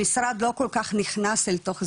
המשרד לא כל כך נכנס אל תוך זה,